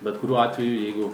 bet kuriuo atveju jeigu